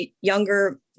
younger